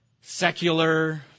secular